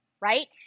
right